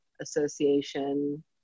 Association